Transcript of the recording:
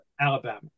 Alabama